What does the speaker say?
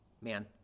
man